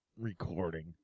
recording